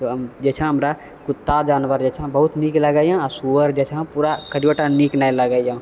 जे छै हमरा कुता जानवर बहुत नीक लागैए आओर सुअर जे छै पूरा कनिओटा नीक नहि लागैए